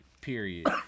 Period